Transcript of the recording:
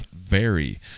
vary